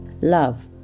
love